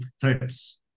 threats